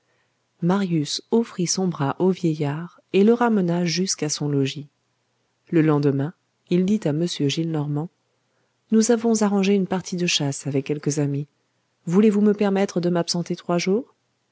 marius offrit son bras au vieillard et le ramena jusqu'à son logis le lendemain il dit à m gillenormand nous avons arrangé une partie de chasse avec quelques amis voulez-vous me permettre de m'absenter trois jours